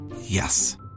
Yes